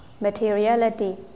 materiality